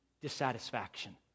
dissatisfaction